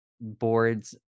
boards